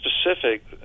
specific